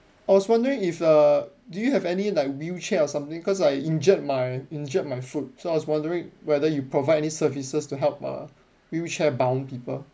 I was wondering if err do you have any like wheelchair or something because I injured my injured my foot so I was wondering whether you provide any services to help err wheelchair-bound people